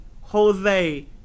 Jose